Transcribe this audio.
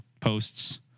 posts